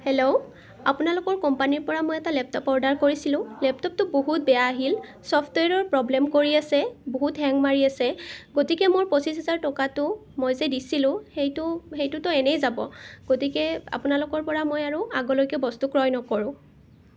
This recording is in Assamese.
হেল্ল' আপোনালোকৰ কোম্পানীৰ পৰা মই এটা লেপটপ অৰ্ডাৰ কৰিছিলোঁ লেপটপটো বহুত বেয়া আহিল ছফ্টৱেৰৰ প্ৰব্লেম কৰি আছে বহুত হেং মাৰি আছে গতিকে মোৰ পঁচিছ হেজাৰ টকাটো মই যে দিছিলোঁ সেইটো সেইটোতো এনেই যাব গতিকে আপোনালোকৰ পৰা মই আৰু আগলৈকে বস্তু ক্ৰয় নকৰোঁ